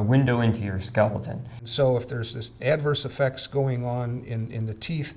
a window into your skeleton so if there's this adverse effects going on in the teeth